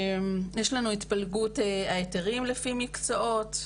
יש לנו את התפלגות ההיתרים לפי מקצועות,